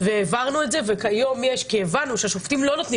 העברנו את זה כי הבנו שהשופטים לא נותנים